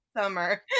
Summer